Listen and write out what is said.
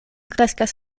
kreskas